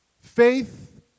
Faith